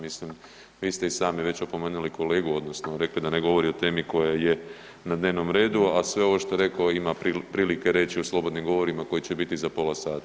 Mislim vi ste i sami već opomenuli kolegu odnosno rekli da ne govori o temi koja je na dnevnom redu, a sve ovo što je rekao ima prilike reći u slobodnim govorima koji će biti za pola sata.